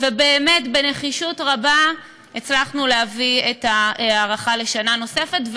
ובאמת בנחישות רבה הצלחנו להביא את ההארכה לשנה נוספת,